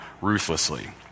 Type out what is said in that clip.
ruthlessly